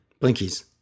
Blinkies